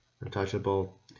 untouchable